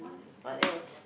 what else